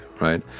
right